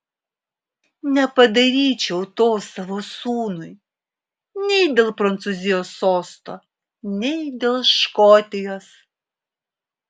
nepadaryčiau to savo sūnui nei dėl prancūzijos sosto nei dėl škotijos